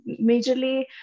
majorly